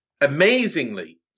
Amazingly